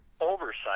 Oversight